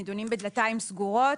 נידונים בדלתיים סגורות,